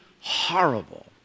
horrible